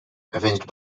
avenged